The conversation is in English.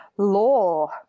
Law